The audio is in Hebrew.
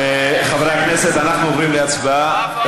חברי הכנסת, אנחנו עוברים להצבעה.